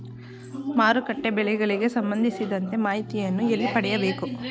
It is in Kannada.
ಮಾರುಕಟ್ಟೆ ಬೆಲೆಗಳಿಗೆ ಸಂಬಂಧಿಸಿದಂತೆ ಮಾಹಿತಿಯನ್ನು ಎಲ್ಲಿ ಪಡೆಯಬೇಕು?